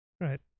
right